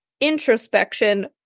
introspection